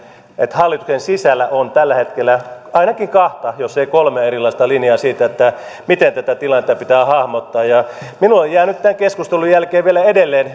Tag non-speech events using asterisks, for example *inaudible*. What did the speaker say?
että hallituksen sisällä on tällä hetkellä ainakin kahta jos ei kolmea erilaista linjaa siitä miten tätä tilannetta pitää hahmottaa minulle jää nyt tämän keskustelun jälkeen vielä edelleen *unintelligible*